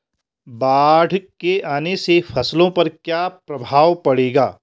बाढ़ के आने से फसलों पर क्या प्रभाव पड़ेगा?